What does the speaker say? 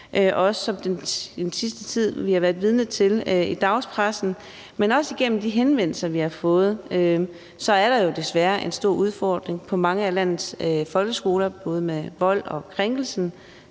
har været vidne til i den sidste tid i dagspressen, men også igennem de henvendelser, vi har fået, er der jo desværre en stor udfordring på mange af landets folkeskoler, både med vold og krænkelser.